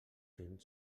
cent